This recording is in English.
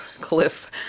cliff